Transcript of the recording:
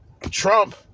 Trump